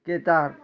କେ ତା'ର୍